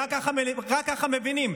רק ככה מבינים.